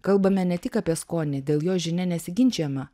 kalbame ne tik apie skonį dėl jo žinia nesiginčijama